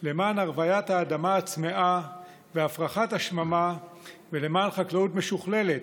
למען הרוות האדמה הצמאה והפרחת השממה ולמען חקלאות משוכללת,